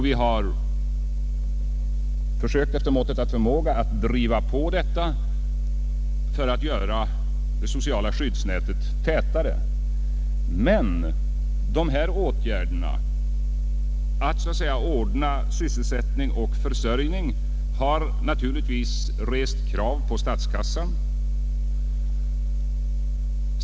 Vi har också efter måttet av vår förmåga försökt att driva på detta för att göra det sociala skyddsnätet tätare. Men dessa åtgärder för att ordna sysselsättning och försörjning har naturligtvis rest krav på statskassan.